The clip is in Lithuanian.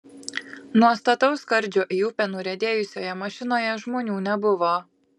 nuo stataus skardžio į upę nuriedėjusioje mašinoje žmonių nebuvo